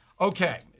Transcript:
Okay